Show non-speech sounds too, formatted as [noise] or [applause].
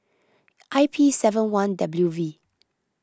[noise] I P seven one W V